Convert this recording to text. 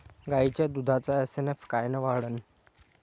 गायीच्या दुधाचा एस.एन.एफ कायनं वाढन?